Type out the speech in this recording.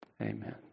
Amen